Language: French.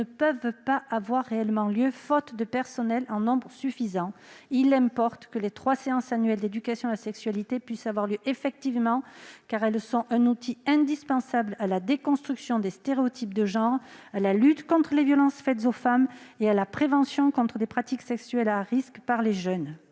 certains établissements, faute de personnel en nombre suffisant. Or il importe que ces trois séances annuelles d'éducation à la sexualité puissent avoir lieu, car elles constituent un outil indispensable à la déconstruction des stéréotypes de genre, à la lutte contre les violences faites aux femmes et à la prévention contre les pratiques sexuelles à risque des jeunes.